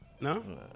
No